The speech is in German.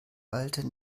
alte